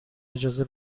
اجازه